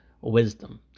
wisdom